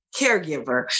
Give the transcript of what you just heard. caregiver